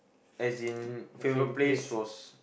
as in favourite place was